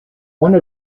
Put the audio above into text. one